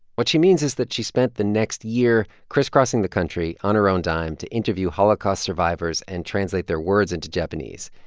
what she means is that she spent the next year crisscrossing the country, on her own dime, to interview holocaust survivors and translate their words into japanese.